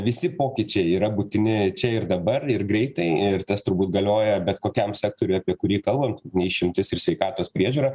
visi pokyčiai yra būtini čia ir dabar ir greitai ir tas turbūt galioja bet kokiam sektoriui apie kurį kalbam ne išimtis ir sveikatos priežiūra